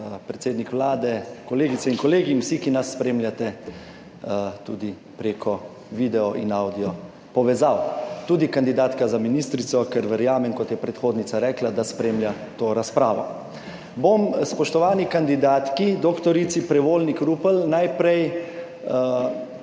predsednik Vlade, kolegice in kolegi in vsi, ki nas spremljate tudi preko video in avdio povezav, tudi kandidatka za ministrico, ker verjamem, kot je predhodnica rekla, da spremlja to razpravo. Bom spoštovani kandidatki dr. Prevolnik Rupel najprej